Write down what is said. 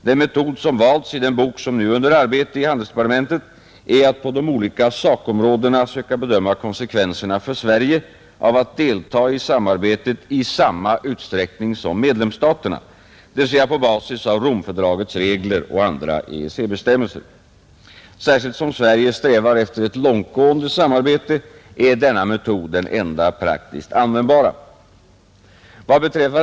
Den metod som valts i den bok som nu är under arbete i handelsdepartementet är att på de olika sakområdena söka bedöma konsekvenserna för Sverige av att delta i samarbetet i samma utsträckning som medlemsstaterna, dvs. på basis av Romfördragets regler och andra EEC-bestämmelser. Särskilt som Sverige strävar efter ett långtgående samarbete är denna metod den enda praktiskt användbara.